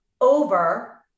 over